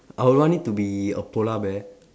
I would want it to be a polar bear